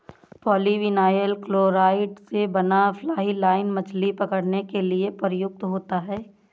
polyvinyl chloride से बना fly line मछली पकड़ने के लिए प्रयुक्त होता है